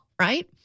right